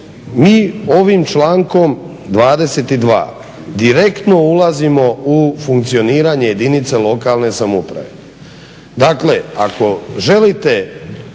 mi ovim člankom 22. direktno ulazimo u funkcioniranje jedinica lokalne samouprave.